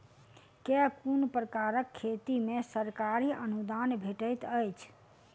केँ कुन प्रकारक खेती मे सरकारी अनुदान भेटैत अछि?